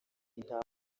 intama